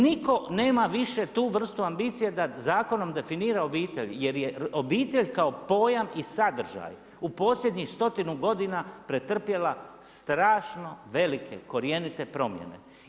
Niko nema više tu vrstu ambicije da zakonom definira obitelj jer je obitelj kao pojam i sadržaj u posljednjih 100 godina pretrpjela strašno velike korjenite promjene.